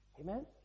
Amen